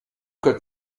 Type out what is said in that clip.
code